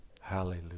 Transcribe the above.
Hallelujah